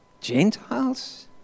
Gentiles